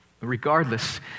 Regardless